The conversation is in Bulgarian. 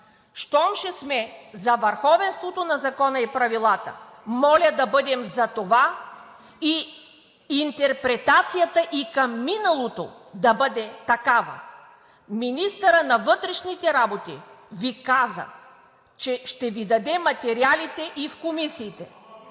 Щом ще сме за върховенството на закона и правилата, моля да бъдем за това и интерпретацията и към миналото да бъде такава. Министърът на вътрешните работи Ви каза, че ще Ви даде материалите и в комисиите.